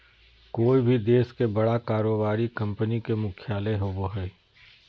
कोय भी देश के बड़ा कारोबारी कंपनी के मुख्यालय होबो हइ